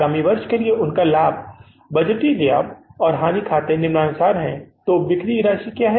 आगामी वर्ष के लिए उनका लाभ बजटीय लाभ और हानि खाते निम्नानुसार हैं तो बिक्री की राशि क्या है